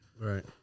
Right